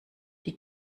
die